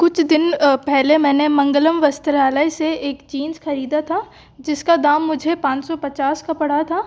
कुछ दिन पहले मैंने मंगलम वस्त्रालय से एक जीन्स ख़रीदा था जिसका दाम मुझे पाँच सौ पचास का पड़ा था